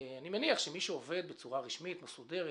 אני מניח שמי שעובד בצורה רשמית ומסודרת